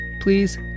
please